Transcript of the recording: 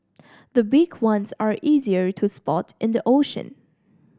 the big ones are easier to spot in the ocean